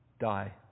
die